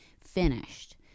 finished